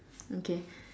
okay